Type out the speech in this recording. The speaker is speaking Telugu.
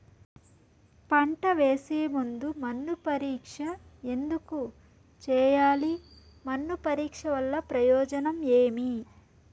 పంట వేసే ముందు మన్ను పరీక్ష ఎందుకు చేయాలి? మన్ను పరీక్ష వల్ల ప్రయోజనం ఏమి?